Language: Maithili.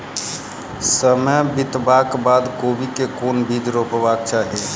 समय बितबाक बाद कोबी केँ के बीज रोपबाक चाहि?